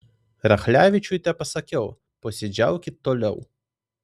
rachlevičiui tepasakiau posėdžiaukit toliau